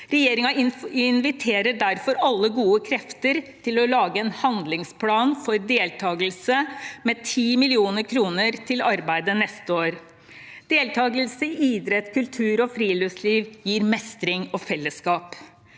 Regjeringen inviterer derfor alle gode krefter til å lage en handlingsplan for deltakelse med 10 mill. kr til arbeidet neste år. Deltakelse i idrett, kultur og friluftsliv gir mestring og fellesskap.